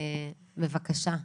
בבקשה.